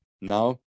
Now